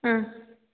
അ